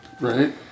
Right